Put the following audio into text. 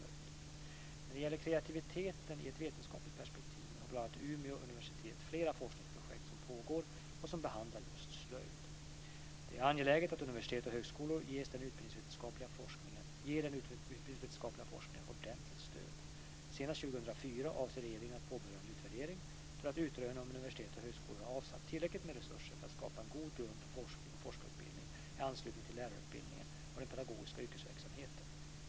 När det gäller kreativiteten i ett vetenskapligt perspektiv har bl.a. Umeå universitet flera forskningsprojekt som pågår och som behandlar just slöjd. Det är angeläget att universiteten och högskolorna ger den utbildningsvetenskapliga forskningen ordentligt stöd. Senast år 2004 avser regeringen att påbörja en utvärdering för att utröna om universiteten och högskolorna har avsatt tillräckligt med resurser för att skapa en god grund för forskning och forskarutbildning i anslutning till lärarutbildningen och den pedagogiska yrkesverksamheten.